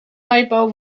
neubau